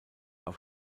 auf